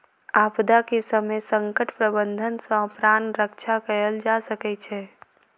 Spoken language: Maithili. आपदा के समय संकट प्रबंधन सॅ प्राण रक्षा कयल जा सकै छै